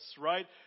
right